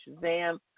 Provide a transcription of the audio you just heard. Shazam